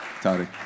Toddy